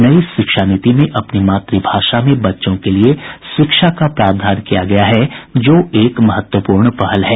नई शिक्षा नीति में अपनी मात्रभाषा में बच्चों के लिए शिक्षा का प्रावधान किया गया है जो एक महत्वपूर्ण पहल है